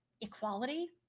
equality